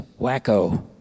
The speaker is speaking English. wacko